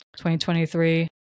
2023